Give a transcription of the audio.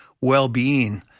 well-being